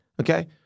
Okay